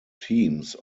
teams